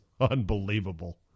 unbelievable